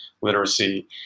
literacy